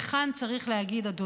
וכאן צריך להגיד, אדוני,